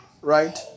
right